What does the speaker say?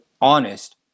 honest